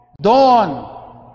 dawn